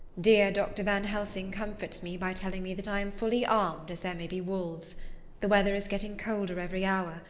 dear dr. van helsing comforts me by telling me that i am fully armed as there may be wolves the weather is getting colder every hour,